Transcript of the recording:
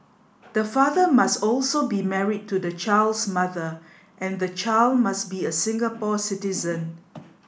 the father must also be married to the child's mother and the child must be a Singapore citizen